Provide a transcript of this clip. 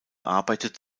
arbeitet